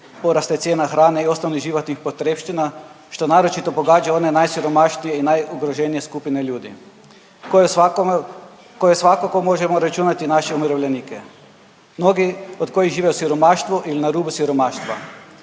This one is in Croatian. poraste cijena hrane i ostalih životnih potrepština, što naročito pogađa one najsiromašnije i najugroženije skupine ljudi, u koje svakako možemo računati i naše umirovljenike, mnogi od kojih žive u siromaštvu ili na rubu siromaštva.